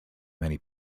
many